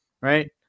right